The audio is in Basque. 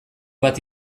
bat